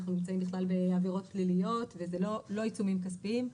אנחנו נמצאים בכלל בעבירות פליליות ולא עיצומים כספיים.